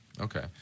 Okay